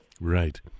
Right